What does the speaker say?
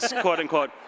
quote-unquote